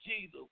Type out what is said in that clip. Jesus